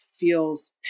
feels